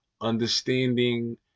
understanding